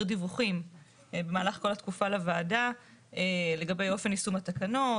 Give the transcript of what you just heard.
דיווחים במהלך כל התקופה לוועדה לגבי אופן יישום התקנות,